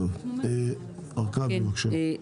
הרכבי בבקשה.